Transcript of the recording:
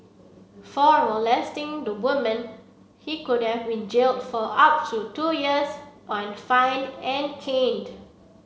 for molesting the woman he could have been jailed for up to two years and fined an caned